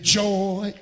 joy